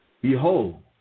Behold